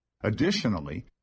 Additionally